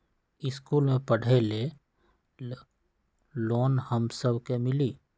इश्कुल मे पढे ले लोन हम सब के मिली?